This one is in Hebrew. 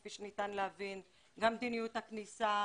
כפי שניתן להבין - גם מדיניות הכניסה,